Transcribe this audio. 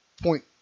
point